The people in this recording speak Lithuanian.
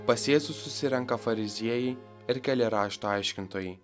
pas jėzų susirenka fariziejai ir keli rašto aiškintojai